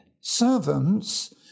Servants